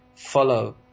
follow